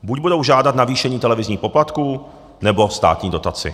Buď budou žádat navýšení televizních poplatků, nebo státní dotaci.